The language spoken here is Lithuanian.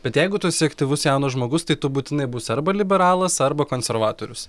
bet jeigu tu esi aktyvus jaunas žmogus tai tu būtinai būsi arba liberalas arba konservatorius